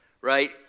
right